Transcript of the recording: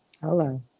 Hello